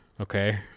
Okay